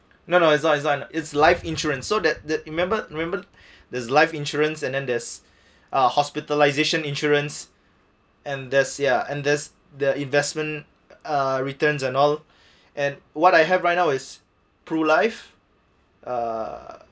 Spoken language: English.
no no is not its not it's life insurance so that the remembered remembered there's life insurance and then there's uh hospitalisation insurance and there's ya and there's the investment uh returns and all and what I have right now is pru life uh